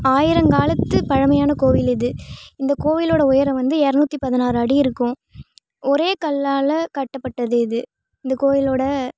ஆயிரங்காலத்து பழமையான கோவில் இது இந்த கோவிலோடய உயரம் வந்து எறநூற்றி பதினாறு அடி இருக்கும் ஒரே கல்லால் கட்டப்பட்டது இது இந்த கோயிலோடய